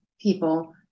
people